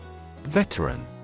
Veteran